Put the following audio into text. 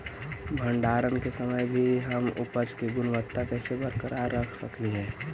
भंडारण के समय भी हम उपज की गुणवत्ता कैसे बरकरार रख सकली हे?